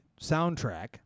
soundtrack